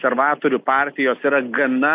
konservatorių partijos yra gana